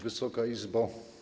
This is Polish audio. Wysoka Izbo!